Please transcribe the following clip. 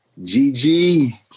GG